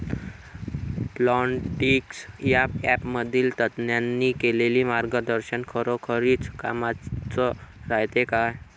Plantix या ॲपमधील तज्ज्ञांनी केलेली मार्गदर्शन खरोखरीच कामाचं रायते का?